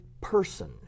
person